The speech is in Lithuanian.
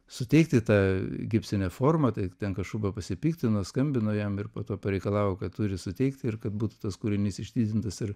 suteikti tą gipsinę formą tai ten kašuba pasipiktino skambino jam ir po to pareikalavo kad turi suteikti ir kad būtų tas kūrinys išdidintas ir